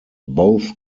both